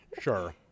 Sure